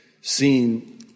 seen